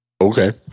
Okay